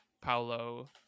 paulo